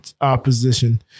opposition